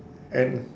and